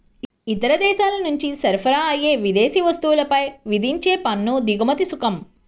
ఇతర దేశాల నుంచి సరఫరా అయ్యే విదేశీ వస్తువులపై విధించే పన్ను దిగుమతి సుంకం